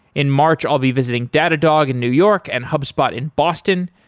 in march, i'll be visiting datadog in new york and hubspot in boston.